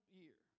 year